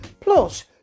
plus